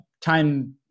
time